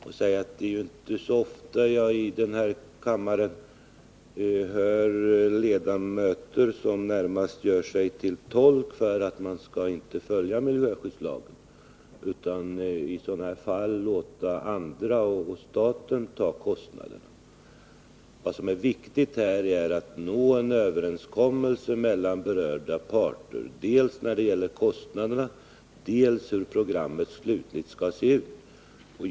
Det är inte så ofta jag i den här kammaren hör ledamöter som närmast gör sig till tolk för uppfattningen att företagen inte skall följa miljöskyddslagen utan låta andra — exempelvis staten — ta kostnaderna. Vad som är viktigt här är att nå en överenskommelse mellan berörda parter, dels när det gäller kostnaderna, dels när det gäller hur programmen petrokemiska slutgiltigt skall se ut.